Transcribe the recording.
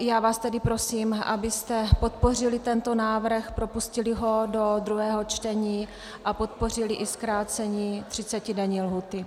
Já vás tedy prosím, abyste podpořili tento návrh, propustili ho do druhého čtení a podpořili i zkrácení 30denní lhůty.